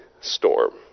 storm